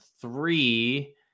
three